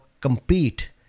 compete